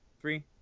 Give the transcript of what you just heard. Three